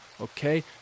okay